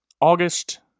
August